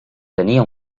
tenia